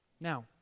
now